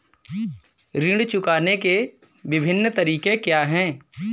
ऋण चुकाने के विभिन्न तरीके क्या हैं?